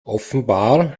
offenbar